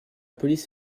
police